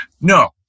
no